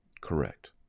correct